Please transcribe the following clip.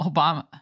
Obama